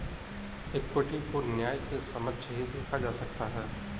equity को न्याय के समक्ष ही देखा जा सकता है